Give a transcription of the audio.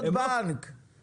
חבל שהנתון הזה של הטווחים,